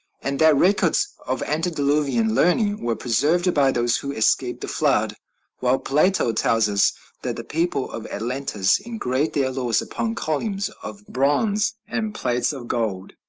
and that records of antediluvian learning were preserved by those who escaped the flood while plato tells us that the people of atlantis engraved their laws upon columns of bronze and plates of gold.